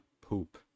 poop